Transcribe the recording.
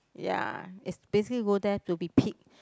ya it's basically go there to be pig